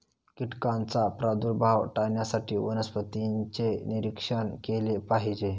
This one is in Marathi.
कीटकांचा प्रादुर्भाव टाळण्यासाठी वनस्पतींचे निरीक्षण केले पाहिजे